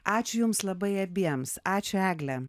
ačiū jums labai abiems ačiū egle